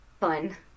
fun